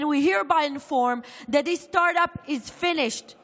and we hereby inform that this start-up is finished.